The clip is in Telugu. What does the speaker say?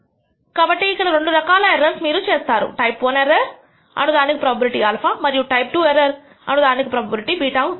కాబట్టి ఇక్కడ రెండు రకాల ఎర్రర్స్ మీరు చేస్తారు టైప్ I ఎర్రర్ అను దానికి ప్రోబబిలిటీ α మరియు టైప్ II ఎర్రర్ అను దానికి ప్రోబబిలిటీ β అవుతాయి